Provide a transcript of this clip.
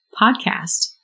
podcast